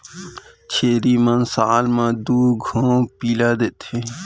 छेरी मन साल म दू घौं पिला देथे